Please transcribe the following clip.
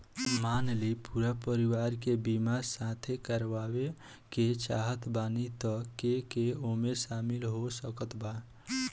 मान ली पूरा परिवार के बीमाँ साथे करवाए के चाहत बानी त के के ओमे शामिल हो सकत बा?